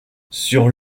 sur